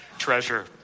treasure